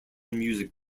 music